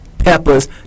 Peppers